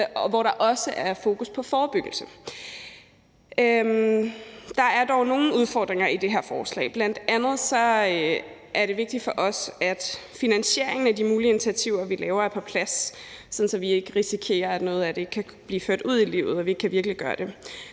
hvor der også er fokus på forebyggelse. Der er dog nogle udfordringer i det her forslag. Det er bl.a. vigtigt for os, at finansieringen af de mulige initiativer, vi laver, er på plads, så vi ikke risikerer, at noget af det ikke kan blive ført ud i livet, og at vi ikke kan virkeliggøre det.